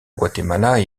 guatemala